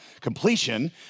completion